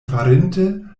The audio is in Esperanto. farinte